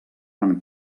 van